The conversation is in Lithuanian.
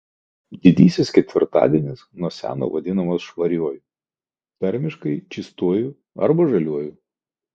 didysis ketvirtadienis nuo seno vadinamas švariuoju tarmiškai čystuoju arba žaliuoju